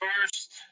first